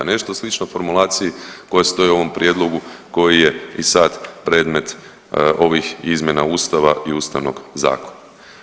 Nešto slično formulaciji koja stoji u ovom prijedlogu koji je i sad predmet ovih izmjena Ustava i Ustavnog zakona.